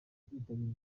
kwitabira